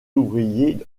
ouvriers